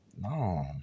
No